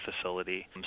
facility